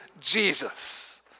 Jesus